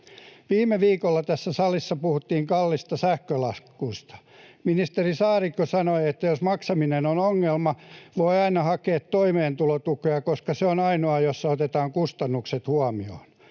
Viime viikolla tässä salissa puhuttiin kalliista sähkölaskuista. Ministeri Saarikko sanoi, että jos maksaminen on ongelma, voi aina hakea toimeentulotukea, koska se on ainoa, jossa otetaan kustannukset huomioon.